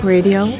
Radio